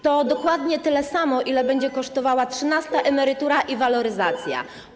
To dokładnie tyle samo, ile będzie kosztowała trzynasta emerytura i waloryzacja.